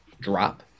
drop